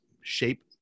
shape